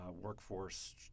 workforce